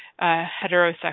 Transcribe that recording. heterosexual